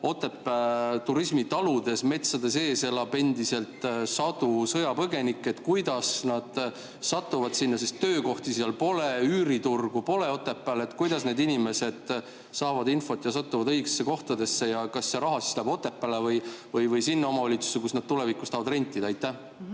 Otepää turismitaludes metsade sees elab endiselt sadu sõjapõgenikke. Kuidas nad satuvad sinna? Töökohti seal pole, üüriturgu Otepääl pole. Kuidas need inimesed saavad infot ja satuvad õigetesse kohtadesse? Ja kas see raha läheb Otepääle või sinna omavalitsusse, kus nad tulevikus tahavad [elamispinna]